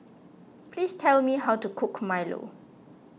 please tell me how to cook Milo